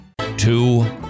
Two